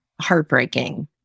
heartbreaking